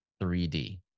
3d